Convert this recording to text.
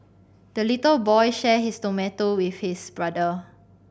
the little boy shared his tomato with his brother